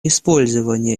использование